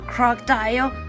Crocodile